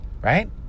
Right